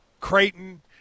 Creighton